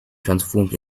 transformed